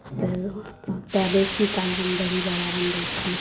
दही तैँ बेसीकाल हम दहीवड़ा बनबैत छी